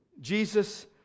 Jesus